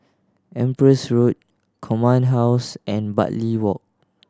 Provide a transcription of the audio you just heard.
Empress Road Command House and Bartley Walk